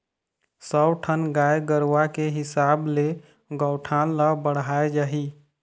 सौ ठन गाय गरूवा के हिसाब ले गौठान ल बड़हाय जाही